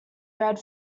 red